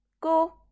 go